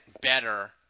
better